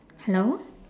hello